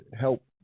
help